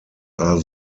are